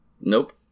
Nope